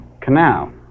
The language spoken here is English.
canal